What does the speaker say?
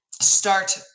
start